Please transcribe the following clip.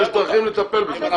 יש דרכים לטפל בזה.